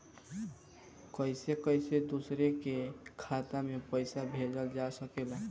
कईसे कईसे दूसरे के खाता में पईसा भेजल जा सकेला?